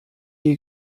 die